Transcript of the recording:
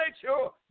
sure